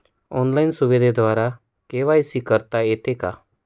Online सुविधेद्वारे KYC करता येते का?